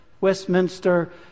Westminster